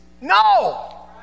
No